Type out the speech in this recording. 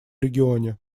регионе